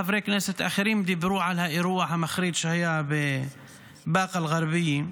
חברי כנסת אחרים דיברו על האירוע המחריד שהיה בבאקה אל-גרבייה,